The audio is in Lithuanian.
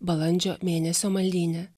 balandžio mėnesio maldyne